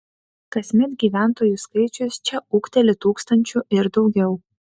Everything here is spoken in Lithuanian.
kasmet gyventojų skaičius čia ūgteli tūkstančiu ir daugiau